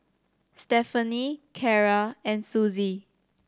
Stephani Carra and Suzy